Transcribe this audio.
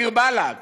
דיר באלכ.